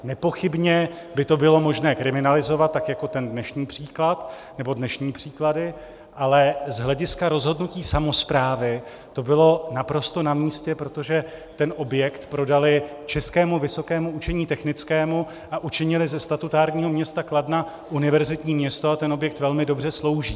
Nepochybně by to bylo možné kriminalizovat tak jako ten dnešní příklad, nebo dnešní příklady, ale z hlediska rozhodnutí samosprávy to bylo naprosto namístě, protože ten objekt prodali Českému vysokému učení technickému a učinili ze statutárního města Kladna univerzitní město a ten objekt velmi dobře slouží.